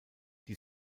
die